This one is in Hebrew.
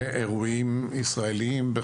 לאירועים ישראלים,